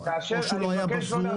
אולי הוא לא היה בזום,